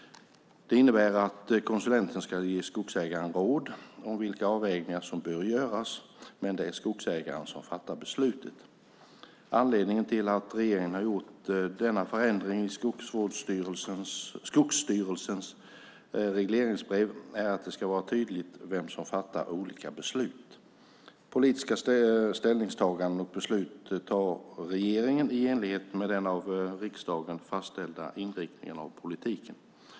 Det innebär att konsulenten ska ge skogsägaren råd om vilka avvägningar som bör göras, men det är skogsägaren som fattar beslutet. Anledningen till att regeringen har gjort denna förändring i Skogsstyrelsens regleringsbrev är att det ska vara tydligt vem som fattar olika beslut. Politiska ställningstaganden och beslut tar regeringen i enlighet med den av riksdagen fastslagna inriktningen av politiken.